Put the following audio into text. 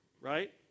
right